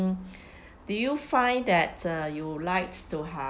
do you find that uh you like to have